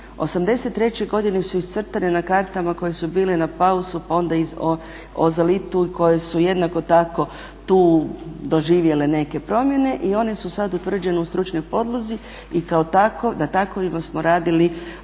83.godine su iscrtane na kartama koje su bile na …, pa onda i ozalitu i koje su jednako tako tu doživjele neke promjene i one su sada utvrđene u stručnoj podlozi i kao takve, na takvima smo radili